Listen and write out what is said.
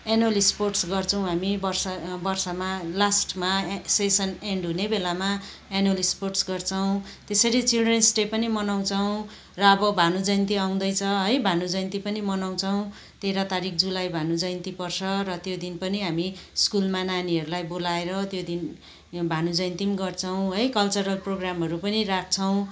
annual sports गर्छौँ हामी वर्ष वर्षमा लास्टमा सेसन एन्ड हुने बेलामा एनुअल स्पोर्ट्स गर्छौँ त्यसरी चिल्ड्रेन्स डे पनि मनाउँछौँ र अब भानु जयन्ती आउँदैछ है भानु जयन्ती पनि मनाउँछौँ तेह्र तारिख जुलाई भानु जयन्ती पर्छ र त्यो दिन पनि हामी स्कुलमा नानीहरू लाई बोलाएर त्यो दिन भानु जयन्ती पनि गर्छौँ है कल्चरल प्रोग्रामहरू पनि राख्छौँ